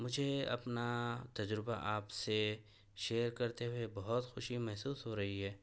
مجھے اپنا تجربہ آپ سے شیئر کرتے ہوئے بہت خوشی محسوس ہو رہی ہے